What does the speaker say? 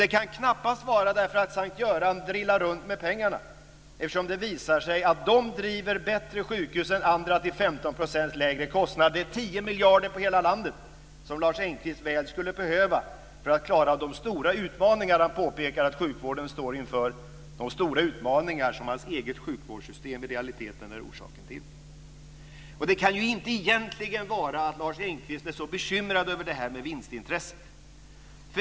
Det kan knappast vara därför att S:t Göran drillar runt med pengarna, eftersom det visar sig att det driver ett bättre sjuhus än andra till 15 % lägre kostnader. Det gör 10 miljarder för hela landet, som Lars Engqvist väl skulle behöva för att klara de stora utmaningar han påpekar att sjukvården står inför. Det är de stora utmaningar som hans eget sjukvårdssystem i realiteten är orsaken till. Det kan egentligen inte vara att Lars Engqvist är så bekymrad över vinstintresset.